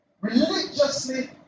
Religiously